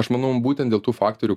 aš manau būtent dėl tų faktorių